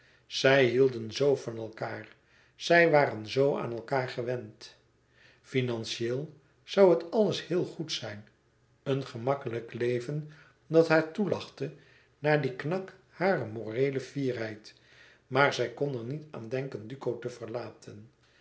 zij hielden zoo van elkaâr zij waren zoo aan elkaâr gewend finantieel zoû het alles heel goed zijn een gemakkelijk leven dat haar toelachte na dien knak harer moreele fierheid maar zij kon er niet aan denken duco te verlaten